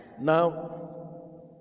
Now